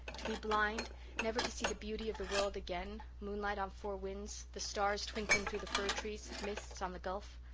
to be blind never to see the beauty of the world again moonlight on four winds the stars twinkling through the fir-trees mist on the gulf.